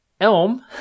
Elm